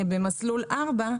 במסלול 4,